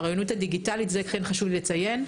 האוריינות הדיגיטלית את זה חשוב לי לציין,